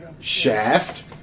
Shaft